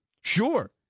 sure